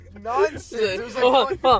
Nonsense